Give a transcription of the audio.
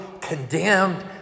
condemned